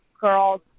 girls